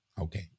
Okay